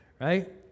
right